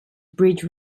bridge